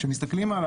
כשמסתכלים על